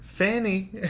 Fanny